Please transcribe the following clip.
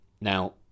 Now